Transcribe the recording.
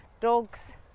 dogs